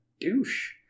douche